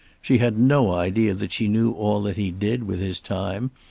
she had no idea that she knew all that he did with his time,